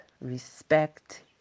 respect